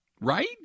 Right